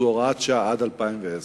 וזאת הוראת שעה עד 2010,